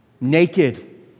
Naked